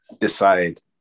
decide